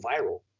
viral